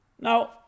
Now